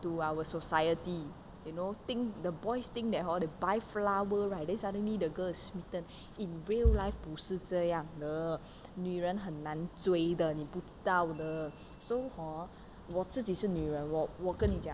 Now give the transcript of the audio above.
to our society you know think the boys think that hor they buy flower right then suddenly the girl is smitten in real life 不是这样的女人很难追的你不知道的 so hor 我自己是女人我我跟你讲